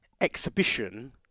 exhibition